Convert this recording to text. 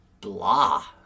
blah